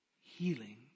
healing